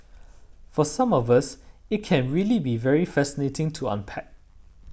for some of us it can really be very fascinating to unpack